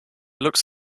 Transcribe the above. looks